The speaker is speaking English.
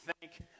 thank